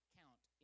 count